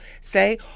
say